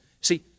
see